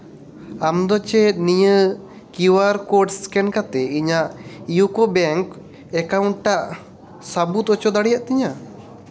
ᱟᱢ ᱪᱮᱫ ᱱᱤᱭᱟᱹ ᱠᱤᱭᱩ ᱟᱨ ᱠᱳᱰ ᱮᱥᱠᱮᱱ ᱠᱟᱛᱮᱫ ᱤᱧᱟᱹᱜ ᱤᱭᱩᱠᱳ ᱵᱮᱝᱠ ᱮᱠᱟᱣᱩᱱᱴ ᱴᱟᱜ ᱥᱟᱹᱵᱩᱫ ᱚᱪᱚ ᱫᱟᱲᱮᱭᱟᱜ ᱛᱤᱧᱟ